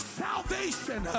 salvation